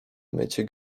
mycie